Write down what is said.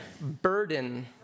burden